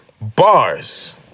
Bars